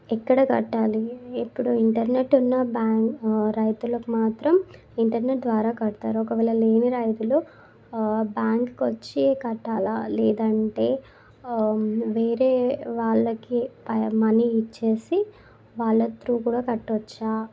ఎక్కడ కట్టాలి ఇప్పుడు ఇంటర్నెట్ ఉన్న బ్యాం రైతులకు మాత్రం ఇంటర్నెట్ ద్వారా కడతారు ఒకవేళ లేని రైతులు బ్యాంకుకి వచ్చి కట్టాలా లేదంటే వేరే వాళ్ళకి ప మనీ ఇచ్చేసి వాళ్ళ త్రూ కూడా కట్టొచ్చా